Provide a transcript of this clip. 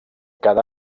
cada